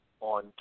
on